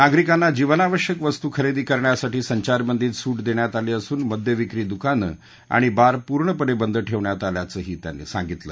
नागरिकांना जीवनावश्यक वस्तू खरेदी करण्यासाठी संचारबंदीत सुट देण्यात आली असून मद्यविक्री दुकानं आणि बार पूर्णपणे बंद ठेवण्यात आल्याचंही त्यांनी सांगितलं